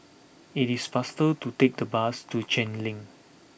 it is faster to take the bus to Cheng Lim